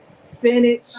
spinach